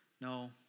No